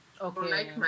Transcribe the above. Okay